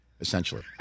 essentially